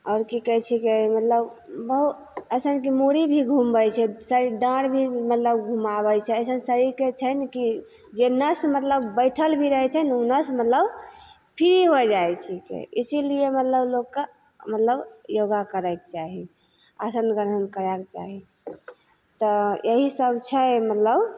आओर कि कहै छिकै मतलब बहु अइसन कि मूड़ी भी घुमबै छै शरी डाँढ़ भी मतलब घुमाबै छै अइसन शरीरके छै ने कि जे नस मतलब बैठल भी रहै छै ने ओ नस मतलब फ्री हो जाइ छिकै इसीलिए मतलब लोकके मतलब योगा करैके चाही आसन ग्रहण करैके चाही तऽ एहिसब छै मतलब